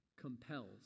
compels